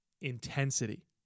intensity